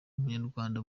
ubunyarwanda